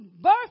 birth